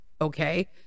Okay